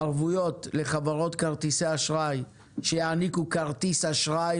ערבויות לחברות כרטיסי אשראי שיעניקו כרטיס אשראי,